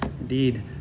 Indeed